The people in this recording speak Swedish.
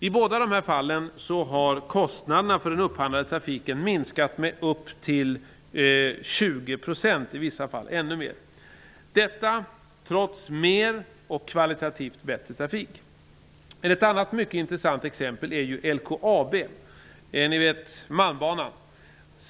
I båda dessa fall har kostnaderna för den upphandlade trafiken minskat med upp till 20 %, i vissa fall ännu mer -- detta trots mer och kvalitativt bättre trafik. Ett annat mycket intressant exempel är ju LKAB och Malmbanan.